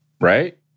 Right